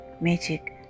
magic